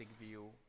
view